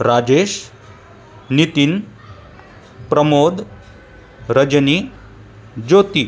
Rajesh Nitin Pramod Rajni Jyoti